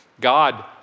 God